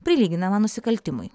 prilyginama nusikaltimui